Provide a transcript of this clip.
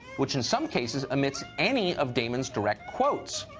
which in some cases omits any of damon's direct quotes.